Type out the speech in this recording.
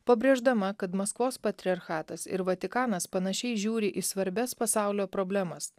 pabrėždama kad maskvos patriarchatas ir vatikanas panašiai žiūri į svarbias pasaulio problemas